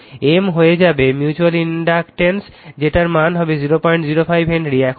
M হয়ে যাবে mutual inductance যেটার মান হবে 005 হেনরি